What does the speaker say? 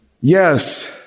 Yes